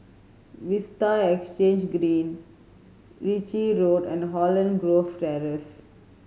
Vista Exhange Green Ritchie Road and Holland Grove Terrace